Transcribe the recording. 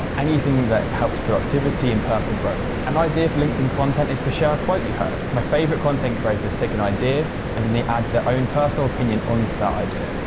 anything that helps productivity and personal growth. an idea for linkedin content is to share you heard. my favourite content creators take an idea and then they add their own personal opinion onto that idea.